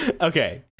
Okay